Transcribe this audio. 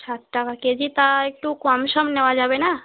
ষাট টাকা কেজি তা একটু কম সম নেওয়া যাবে না